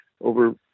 over